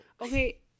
Okay